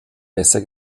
besser